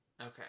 Okay